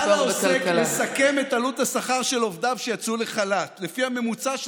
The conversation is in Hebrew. על העוסק לסכם את עלות השכר של עובדיו שיצאו לחל"ת לפי הממוצע של